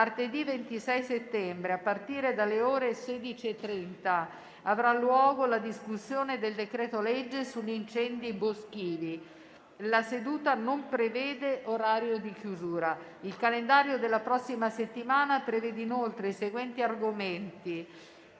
Martedì 26 ottobre, a partire dalle ore 16,30, avrà luogo la discussione del decreto-legge sugli incendi boschivi. La seduta non prevede orario di chiusura. Il calendario della prossima settimana prevede inoltre i seguenti argomenti: